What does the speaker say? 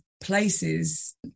places